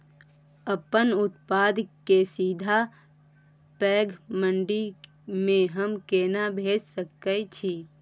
अपन उत्पाद के सीधा पैघ मंडी में हम केना भेज सकै छी?